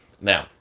Now